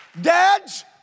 Dads